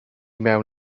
mewn